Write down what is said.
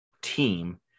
team